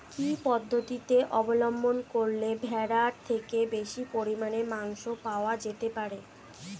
কি পদ্ধতিতে অবলম্বন করলে ভেড়ার থেকে বেশি পরিমাণে মাংস পাওয়া যেতে পারে?